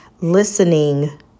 listening